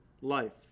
life